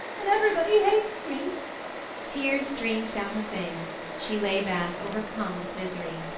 and everybody hates me tears streamed down her face she lay back, overcome with misery.